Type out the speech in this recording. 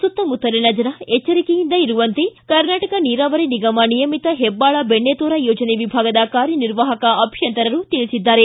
ಸುತ್ತಮುತ್ತಲಿನ ಜನ ಎಚ್ವರಿಕೆಯಿಂದ ಇರುವಂತೆ ಕರ್ನಾಟಕ ನೀರಾವರಿ ನಿಗಮ ನಿಯಮಿತ ಹೆಬ್ದಾಳ ಬೆಣ್ಣತೋರಾ ಯೋಜನೆ ವಿಭಾಗದ ಕಾರ್ಯನಿರ್ವಾಹಕ ಅಭಿಯಂತರರು ತಿಳಿಸಿದ್ದಾರೆ